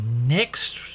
next